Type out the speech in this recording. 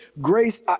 grace